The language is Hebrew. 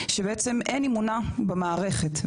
שבעצם אין אמונה במערכת,